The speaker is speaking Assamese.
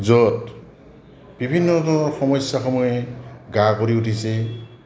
য'ত বিভিন্ন ধৰণৰ সমস্যাসমূহে গা কৰি উঠিছে